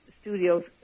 studios